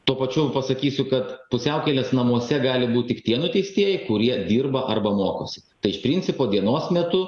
tuo pačiu pasakysiu kad pusiaukelės namuose gali būt tik tie nuteistieji kurie dirba arba mokosi tai iš principo dienos metu